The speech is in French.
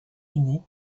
unis